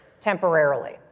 temporarily